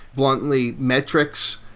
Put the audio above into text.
bluntly, metrics,